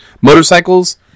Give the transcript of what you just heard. motorcycles